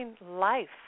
life